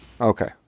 Okay